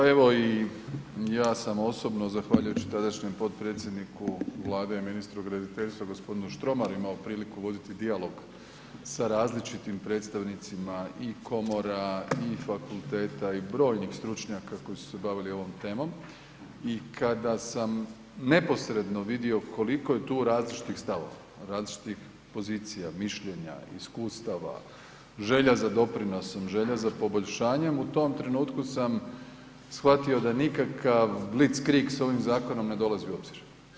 Pa evo ja sam osobno zahvaljujući tadašnjem potpredsjedniku Vlade i ministru graditeljstva gospodinu Štromaru imao priliku voditi dijalog sa različitim predstavnicima i komora i fakulteta i brojnih stručnjaka koji su se bavili ovom temom i kada sam neposredno vidio koliko je tu različitih stavova, različitih pozicija, mišljenja, iskustava, želja za doprinosom, želja za poboljšanjem u tom trenutku sam shvatio da nikakav blic krik s ovim zakonom ne dolazi u obzir.